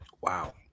Wow